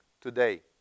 today